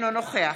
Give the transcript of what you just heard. אינו נוכח